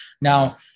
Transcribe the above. Now